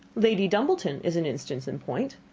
lady dumbleton is an instance in point.